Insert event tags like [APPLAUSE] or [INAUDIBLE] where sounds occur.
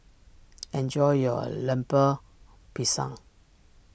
[NOISE] enjoy your Lemper Pisang